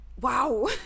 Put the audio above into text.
wow